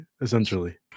essentially